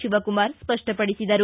Shivakumar ಸ್ಪಪ್ಪಪಡಿಸಿದರು